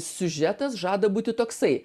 siužetas žada būti toksai